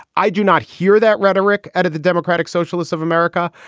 i do not hear that rhetoric out of the democratic socialists of america.